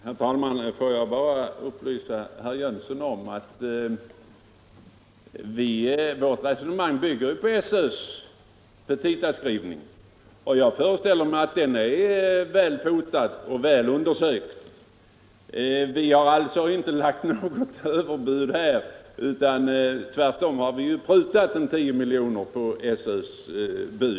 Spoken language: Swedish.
Herr talman! Får jag bara upplysa herr Jönsson i Arlöv om att vårt resonemang bygger på SÖ:s petitaskrivning. Jag föreställer mig att den är väl fotad och väl undersökt. Vi har alltså inte lagt något överbud utan tvärtom prutat 10 milj.kr. på SÖ:s bud.